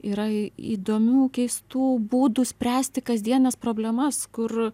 yra įdomių keistų būdų spręsti kasdienines problemas kur